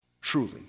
truly